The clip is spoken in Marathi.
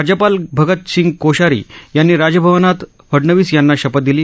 राज्यपाल भगत सिंह कोश्यारी यांनी राजभवनात फडवणीस यांना शपथ दिली